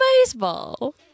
Baseball